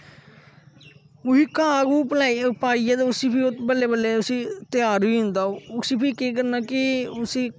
उसी घाह् पाइयै उसी फिह् ओह् बल्लें बल्लें उसी त्यार होई जंदा ओह् उसी फिह केह् करना कि उसी